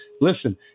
listen